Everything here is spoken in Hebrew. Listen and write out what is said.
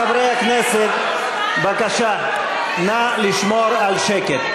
חברי הכנסת, בבקשה, נא לשמור על שקט.